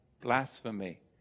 Blasphemy